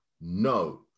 no